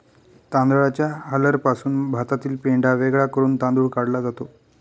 तांदळाच्या हलरपासून भातातील पेंढा वेगळा करून तांदूळ काढला जातो